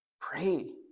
Pray